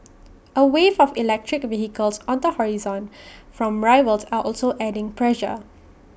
A wave of electric vehicles on the horizon from rivals are also adding pressure